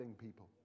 people